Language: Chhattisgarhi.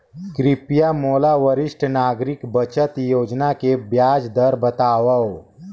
कृपया मोला वरिष्ठ नागरिक बचत योजना के ब्याज दर बतावव